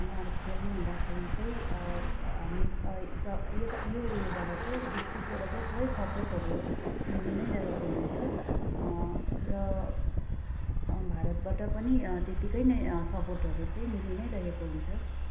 उहाँहरू खेल्नु हुँदाखेरि चाहिँ हामी यता यो उयोबाट चाहिँ डिस्ट्रिकबाट चाहिँ पुरै सपोर्टहरू मिली नै रहेको हुन्छ र भारतबाट पनि त्यत्तिकै नै सपोर्टहरू चाहिँ मिली नै रहेको हुन्छ